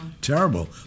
terrible